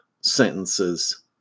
sentences